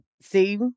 see